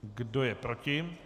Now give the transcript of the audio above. Kdo je proti?